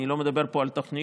אני לא מדבר פה על תוכניות,